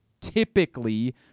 Typically